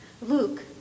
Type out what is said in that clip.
Luke